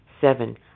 seven